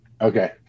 Okay